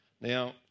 now